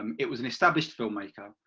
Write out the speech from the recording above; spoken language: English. um it was an established filmmaker,